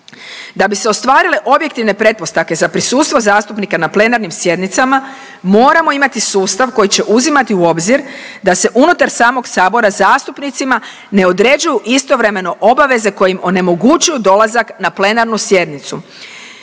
Da bi se ostvarile objektivne pretpostavke za prisustvo zastupnika na plenarnim sjednicama moramo imati sustav koji će uzimati u obzir da se unutar samog Sabora zastupnicima ne određuju istovremeno obaveze koje im onemogućuju dolazak na plenarnu sjednicu.